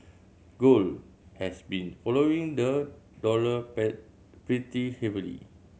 gold has been following the dollar pretty heavily